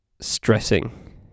stressing